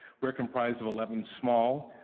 we're comprised of eleven small,